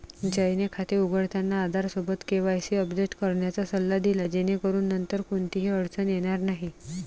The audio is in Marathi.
जयने खाते उघडताना आधारसोबत केवायसी अपडेट करण्याचा सल्ला दिला जेणेकरून नंतर कोणतीही अडचण येणार नाही